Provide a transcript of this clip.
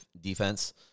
defense